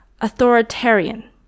authoritarian